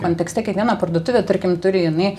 kontekste kiekviena parduotuvė tarkim turi jinai